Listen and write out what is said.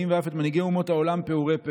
ואף את מנהיגי אומות העולם פעורי פה.